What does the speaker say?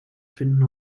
finden